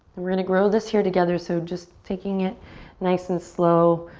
and we're gonna grow this here together so just taking it nice and slow,